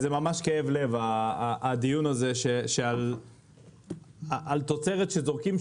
זה ממש כאב לב הדיון הזה על תוצרת שזורקים,